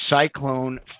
Cyclone